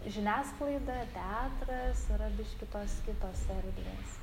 žiniasklaida teatras yra biškį tos kitos erdvės